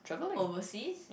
overseas